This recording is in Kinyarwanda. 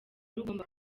rugomba